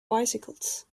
bicycles